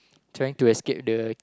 trying to escape the